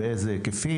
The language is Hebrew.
באילו היקפים,